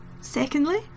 secondly